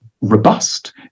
robust